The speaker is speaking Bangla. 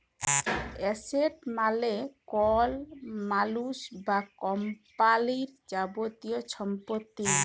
এসেট মালে কল মালুস বা কম্পালির যাবতীয় ছম্পত্তি